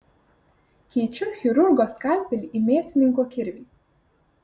keičiu chirurgo skalpelį į mėsininko kirvį